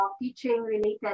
teaching-related